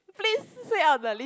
please say out the list